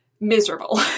miserable